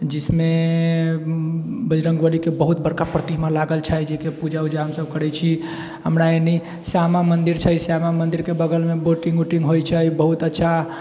जिसमे बजरङ्ग बलीके बहुत बड़का प्रतिमा लागल छै जेहिके पूजा उजा हमसब करै छी हमरा एने श्यामा मन्दिर छै श्यामा मन्दिरके बगलमे बोटिंग उटिंग होइ छै बहुत अच्छा